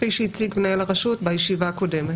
כפי שהציג מנהל הרשות בישיבה הקודמת.